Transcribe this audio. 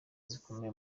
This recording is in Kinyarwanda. zikomeye